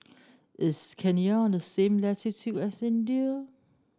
is Kenya on the same latitude as India